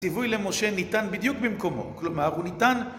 ציווי למשה ניתן בדיוק במקומו, כלומר הוא ניתן